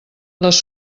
les